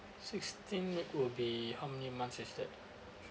sixteen week would be how many months as that